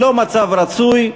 לא מצב רצוי,